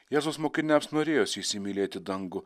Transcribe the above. jėzaus mokiniams norėjosi įsimylėti dangų